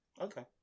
Okay